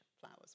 flowers